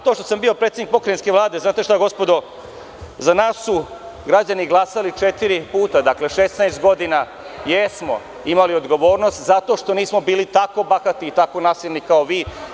To što sam bio predsednik pokrajinske Vlade, znate šta gospodo, za nas su građani glasali četiri puta, dakle, 16 godina jesmo imali odgovornost zato što nismo bili tako bahati i tako nasilni kao vi.